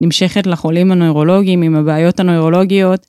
נמשכת לחולים הנוירולוגיים עם הבעיות הנוירולוגיות.